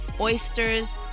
oysters